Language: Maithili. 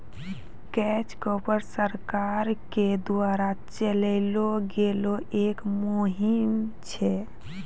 कैच कॉर्प सरकार के द्वारा चलैलो गेलो एक मुहिम छै